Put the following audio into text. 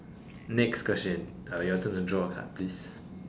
next question uh your turn to draw a card please